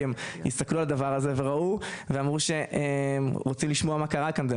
כי הם הסתכלו על הדבר הזה ורצו לשמוע מה קרה כאן.